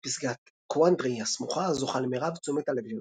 פסגת קוואנדרי הסמוכה זוכה למרב תשומת הלב של המטיילים.